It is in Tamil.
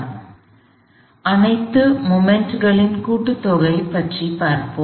எனவே அனைத்து கணங்களின் கூட்டுத்தொகை பற்றி பார்ப்போம்